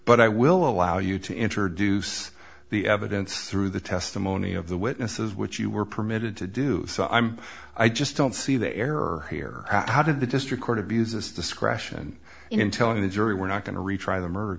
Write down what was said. but i will allow you to introduce the evidence through the testimony of the witnesses which you were permitted to do so i'm i just don't see the error here how did the district court of uses discretion in telling the jury we're not going to retry the